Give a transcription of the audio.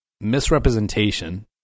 misrepresentation